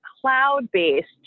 cloud-based